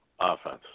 offense